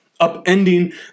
Upending